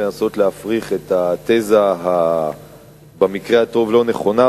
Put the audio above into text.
לנסות להפריך את התזה שבמקרה הטוב היא לא נכונה,